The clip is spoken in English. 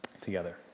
together